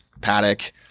Paddock